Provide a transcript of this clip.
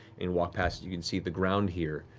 and walk past, you can see the ground here